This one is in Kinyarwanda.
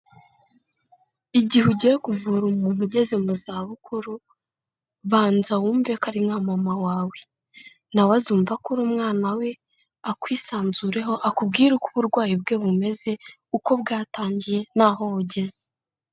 Igihe ugiye kuvura umuntu ugeze mu zabukuru, banza wumve ko ari nka mama wawe, nawe azumva ko uri umwana we, akwisanzureho akubwire uko uburwayi bwe bumeze uko bwatangiye n'aho bugeze.